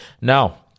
Now